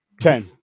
Ten